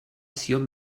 zion